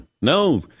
no